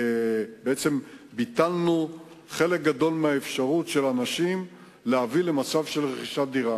בעצם ביטלנו חלק גדול מהאפשרות של אנשים להגיע למצב של רכישת דירה.